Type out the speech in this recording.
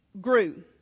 grew